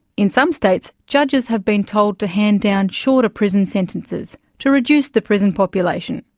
in some states, judges have been told to hand down shorter prison sentences, to reduce the prison population.